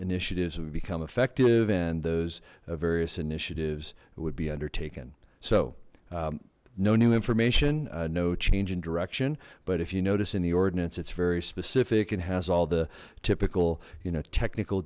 initiatives would become effective and those various initiatives would be undertaken so no new information no change in direction but if you notice in the ordinance it's very specific and has all the typical you know technical